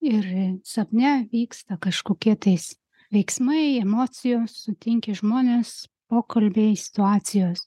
ir sapne vyksta kažkokie tais veiksmai emocijos sutinki žmones pokalbiai situacijos